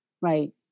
Right